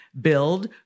Build